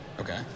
Okay